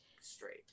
straight